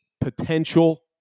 potential